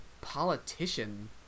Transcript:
politician